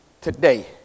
today